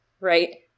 right